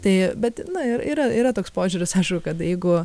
tai bet na ir yra yra toks požiūris aišku kad jeigu